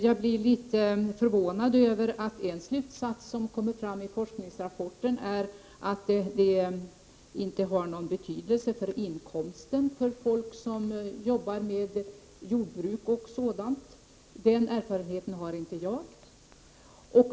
Jag blir litet förvånad över en slutsats som kommer fram i forskningsrapporten, nämligen att fäbodbruket inte har någon betydelse för inkomsten för dem som arbetar i jordbruk och liknande. Den erfarenheten har inte jag.